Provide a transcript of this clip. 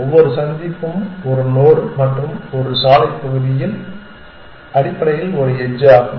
ஒவ்வொரு சந்திப்பும் ஒரு நோடு மற்றும் ஒவ்வொரு சாலைப் பகுதியும் அடிப்படையில் ஒரு எட்ஜ் ஆகும்